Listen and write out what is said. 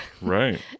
Right